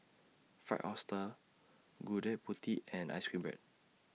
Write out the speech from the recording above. Fried Oyster Gudeg Putih and Ice Cream Bread